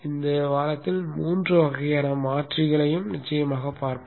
இந்த வாரத்தில் மூன்று வகையான மாற்றிகளையும் நிச்சயமாகப் பார்ப்போம்